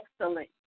excellent